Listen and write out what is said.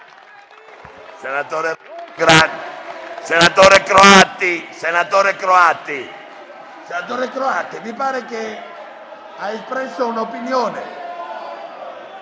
Senatore Croatti, mi sembra che abbia espresso un'opinione.